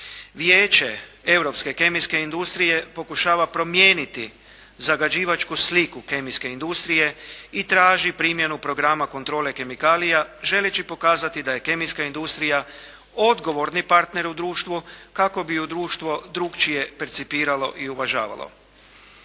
Vijeće europske kemijske industrije pokušava promijeniti zagađivačku sliku kemijske industrije i traži primjenu programa kontrole kemikalija želeći pokazati da je kemijska industrija odgovorni partner u društvu kako bi ju društvo drukčije percipiralo i uvažavalo.